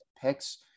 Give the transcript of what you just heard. picks